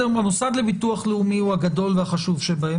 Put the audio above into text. המוסד לביטוח לאומי הוא הגדול והחשוב בהם,